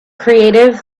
creative